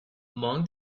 among